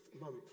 month